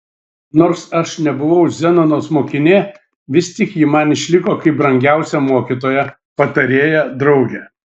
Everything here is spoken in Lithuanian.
nors aš nebuvau zenonos mokinė vis tik ji man išliko kaip brangiausia mokytoja patarėja draugė